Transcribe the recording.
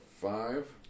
five